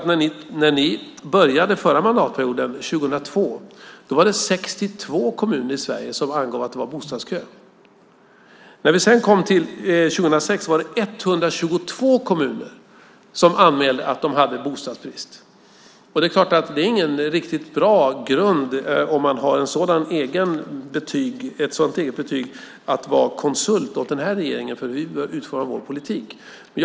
I början av den förra mandatperioden, 2002, var det 62 kommuner som angav att det var bostadskö. När vi sedan kom till 2006 var 122 kommuner som anmälde att de hade bostadsbrist. Det är ingen riktigt bra grund att ha ett sådant eget betyg om man vill vara konsult åt den här regeringen när det gäller hur vi bör utforma vår politik. Fru talman!